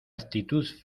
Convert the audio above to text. actitud